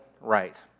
right